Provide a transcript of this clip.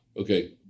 Okay